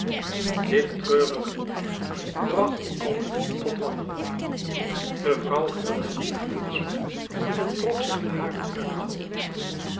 dit treurige nieuws bragt allen tot wanhoop de vrouw gilde het uit van smart en trok zich de haren uit het hoofd